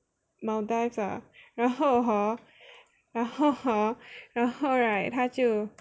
Maldives ah 然后 hor 然后 right 他就